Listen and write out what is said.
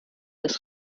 das